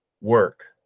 work